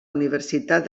universitat